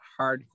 hardcore